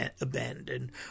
abandoned